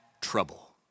trouble